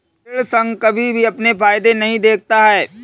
ऋण संघ कभी भी अपने फायदे नहीं देखता है